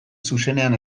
zuzenean